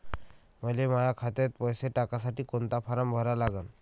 मले माह्या खात्यात पैसे टाकासाठी कोंता फारम भरा लागन?